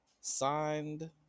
signed